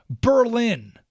Berlin